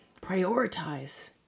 prioritize